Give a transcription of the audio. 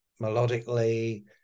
melodically